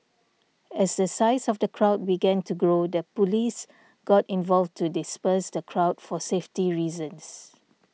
as the size of the crowd began to grow the police got involved to disperse the crowd for safety reasons